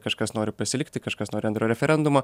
kažkas nori pasilikti kažkas nori antro referendumo